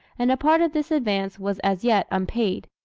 and a part of this advance was as yet unpaid.